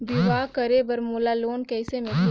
बिहाव करे बर मोला लोन कइसे मिलही?